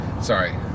Sorry